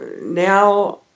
now